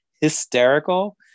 hysterical